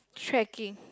trekking